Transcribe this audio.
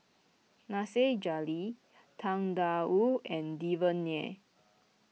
Nasir Jalil Tang Da Wu and Devan Nair